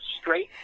straight